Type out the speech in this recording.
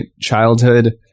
childhood